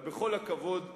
אבל בכל הכבוד הראוי,